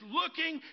looking